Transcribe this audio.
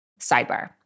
Sidebar